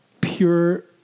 pure